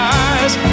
eyes